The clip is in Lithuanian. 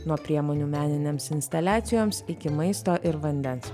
nuo priemonių meninėms instaliacijoms iki maisto ir vandens